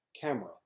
camera